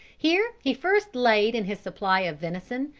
here he first laid in his supply of venison,